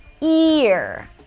Ear